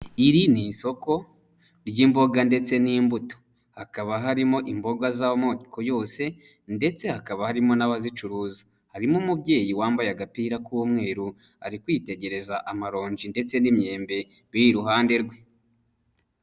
Iri ni isoko ry'imboga ndetse n'imbuto, hakaba harimo imboga z'amoko yose ndetse hakaba harimo n'abazicuruza, harimo umubyeyi wambaye agapira k'umweru, ari kwitegereza amarongi ndetse n'imyembe, biri iruhande rwe.